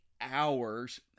hours